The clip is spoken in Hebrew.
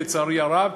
לצערי הרב.